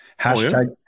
hashtag